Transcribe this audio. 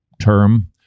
term